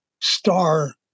star